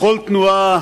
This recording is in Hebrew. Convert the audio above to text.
בכל תנועה